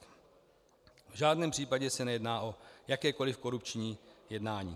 V žádném případě se nejedná o jakékoli korupční jednání.